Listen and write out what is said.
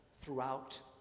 throughout